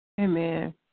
Amen